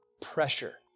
pressure